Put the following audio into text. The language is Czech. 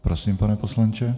Prosím, pane poslanče.